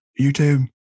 YouTube